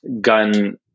gun